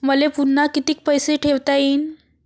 मले पुन्हा कितीक पैसे ठेवता येईन?